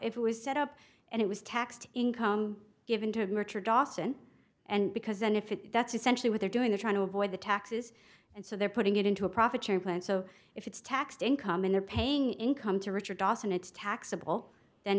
if it was set up and it was taxed income given to richard dawson and because then if it that's essentially what they're doing they're trying to avoid the taxes and so they're putting it into a profit sharing plan so if it's taxed income and they're paying income to richard dawson it's taxable